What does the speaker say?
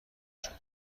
شدم